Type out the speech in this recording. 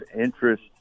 interest